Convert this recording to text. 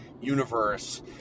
universe